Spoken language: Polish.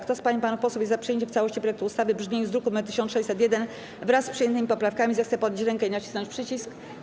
Kto z pań i panów posłów jest za przyjęciem w całości projektu ustawy w brzmieniu z druku nr 1601 wraz z przyjętymi poprawkami, zechce podnieść rękę i nacisnąć przycisk.